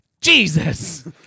Jesus